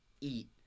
eat